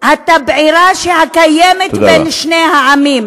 התבערה שקיימת בין שני העמים.